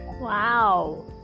Wow